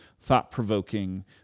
thought-provoking